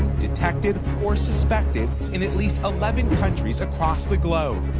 detected or suspected in at least eleven countries across the globe,